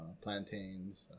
plantains